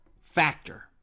factor